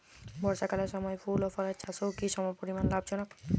বর্ষাকালের সময় ফুল ও ফলের চাষও কি সমপরিমাণ লাভজনক?